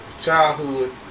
childhood